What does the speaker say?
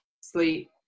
sleep